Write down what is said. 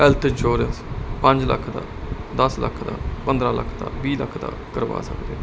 health insurance ਪੰਜ ਲੱਖ ਦਾ ਦਸ ਲੱਖ ਪੰਦਰਾਂ ਲੱਖ ਦਾ ਵੀਹ ਲੱਖ ਦਾ ਕਰਵਾ